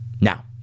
Now